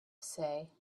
say